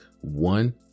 one